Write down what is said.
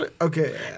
okay